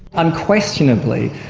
unquestionably,